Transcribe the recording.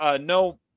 no